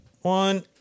One